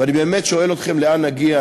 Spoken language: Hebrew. ואני באמת שואל אתכם: לאן נגיע?